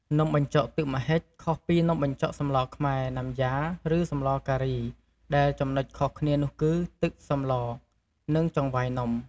នំបញ្ចុកទឹកម្ហិច ខុសពីនំបញ្ចុកសម្លខ្មែរ ណាំយ៉ា ឬ សម្លការី ដែលចំណុចខុសគ្នានោះ គឺ ទឹកសម្ល និង ចង្វាយនំ ។